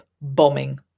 bombing